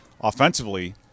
offensively